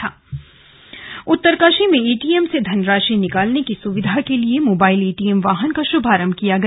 slug mobile ATM वाहन उत्तरकाशी में ATM से धनराशि निकालने की सुविधा के लिए मोबाइल एटीएम वाहन का शुभारंभ किया गया